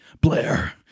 blair